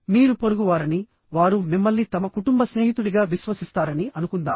మీరు పొరుగువారని వారు మిమ్మల్ని తమ కుటుంబ స్నేహితుడిగా విశ్వసిస్తారని అనుకుందాం